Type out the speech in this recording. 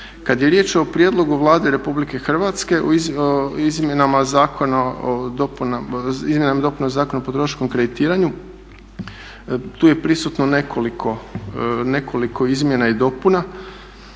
Kad je riječ o prijedlogu Vlade RH izmjenama i dopunama Zakona o potrošačkom kreditiranju tu je prisutno nekoliko izmjena i dopuna.